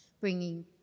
bringing